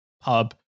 pub